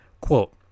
quote